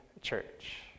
church